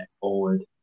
forward